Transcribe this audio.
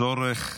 הצורך